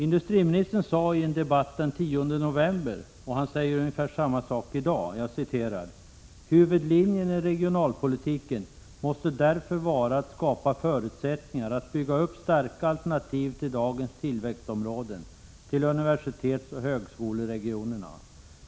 Industriministern sade i en debatt den 10 november ungefär samma sak som i dag, nämligen följande: ”Huvudlinjen i regionalpolitiken måste därför vara att skapa förutsättningar att bygga upp starka alternativ till dagens tillväxtområden, till universitetsoch högskoleregionerna.